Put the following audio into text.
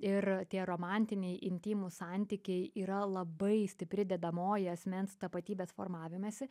ir tie romantiniai intymūs santykiai yra labai stipri dedamoji asmens tapatybės formavimesi